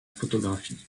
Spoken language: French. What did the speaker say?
photographie